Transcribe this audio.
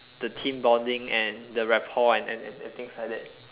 the team bonding and the rapport and and and things like that